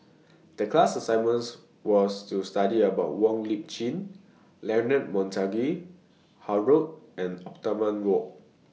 The class assignments was to study about Wong Lip Chin Leonard Montague Harrod and Othman Wok